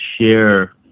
share